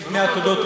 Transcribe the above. לפני התודות,